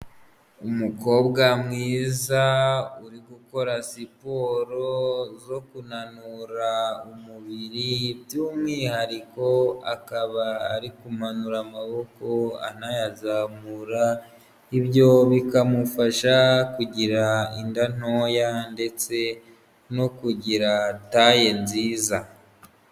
Umukobwa mwiza uri gukora siporo zo kunanura umubiri by'umwihariko akaba ari kumanura amaboko anayazamura ibyo bikamufasha kugira inda ntoya ndetse no kugira taye nziza.